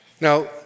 Now